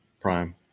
Prime